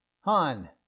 Han